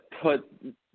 put